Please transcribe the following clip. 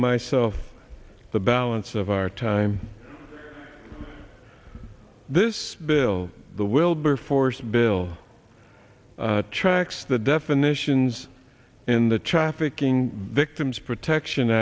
myself the balance of our time this bill the wilberforce bill tracks the definitions in the trafficking victims protection